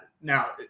Now